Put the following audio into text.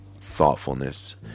thoughtfulness